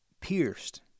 pierced